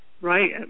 right